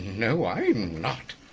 no i'm not!